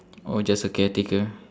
oh just a caretaker